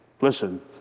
Listen